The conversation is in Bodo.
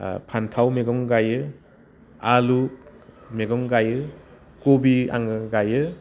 फान्थाव मैगं गाइयो आलु मैगं गाइयो कबि आङो गाइयो